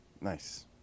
nice